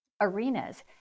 arenas